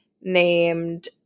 named